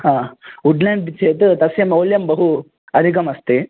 wood land चेत् तस्य मूल्यं बहु अधिकम् अस्ति